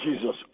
Jesus